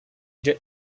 did